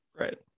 right